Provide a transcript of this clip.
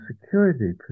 security